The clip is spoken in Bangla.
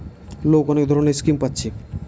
লোক অনেক ধরণের স্কিম পাচ্ছে